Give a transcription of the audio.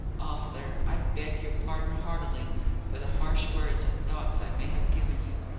arthur, i beg your pardon heartily for the harsh words and thoughts i may have given you.